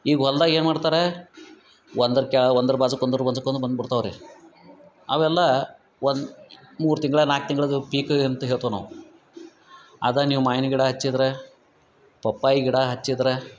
ಈಗ ಹೊಲ್ದಾಗ ಏನು ಮಾಡ್ತಾರಾ ಒಂದ್ರ ಕೆಳ್ಗೆ ಒಂದ್ರ ಬಾಜುಕ ಕುಂದ್ರು ಒಂದಕ್ಕೊಂದು ಬಂದ್ಬಿಡ್ತಾವು ರೀ ಅವೆಲ್ಲಾ ಒಂದು ಮೂರು ತಿಂಗಳ ನಾಲ್ಕು ತಿಂಗಳ ಅದು ಪೀಕ್ ಅಂತ ಹೇಳ್ತೇವೆ ನಾವು ಅದು ನೀವು ಮಾಯ್ನ ಗಿಡ ಹಚ್ಚಿದ್ರ ಪಪ್ಪಾಯಿ ಗಿಡ ಹಚ್ಚಿದ್ರ